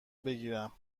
بگیرم